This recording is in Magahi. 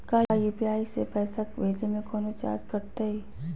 का यू.पी.आई से पैसा भेजे में कौनो चार्ज कटतई?